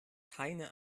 keine